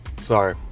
Sorry